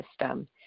system